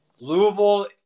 Louisville